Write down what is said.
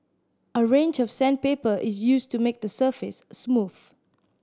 a range of sandpaper is used to make the surface smooth